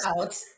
out